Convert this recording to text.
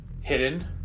hidden